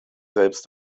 selbst